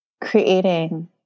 creating